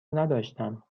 نداشتم